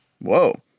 Whoa